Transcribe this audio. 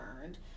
learned